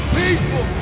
people